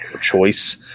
Choice